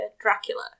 Dracula